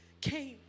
came